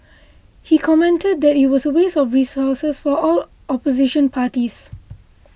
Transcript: he commented that it was a waste of resources for all opposition parties